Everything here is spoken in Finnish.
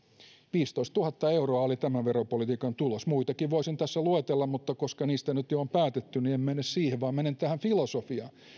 viisitoistatuhatta euroa oli tämän veropolitiikan tulos muitakin voisin tässä luetella mutta koska niistä nyt jo on päätetty en mene siihen vaan menen tähän filosofiaan